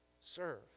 serve